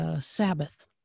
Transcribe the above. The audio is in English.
Sabbath